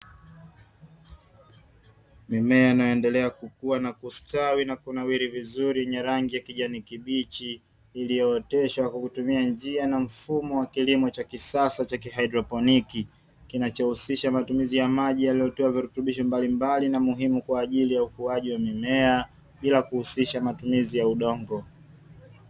Mimea inayoendelea kukua na kustawi na kunawiri vizuri yenye rangi ya kijani kibichi iliyooteshwa kwa kutumia njia na mfumo wa kilimo cha kisasa cha kihaidroponi, kinachohusisha matumizi ya maji yaliyotiwa virutubisho mbalimbali na muhimu kwa ajili ya ukuaji wa mimea bila kuhusisha matumizi ya udongo.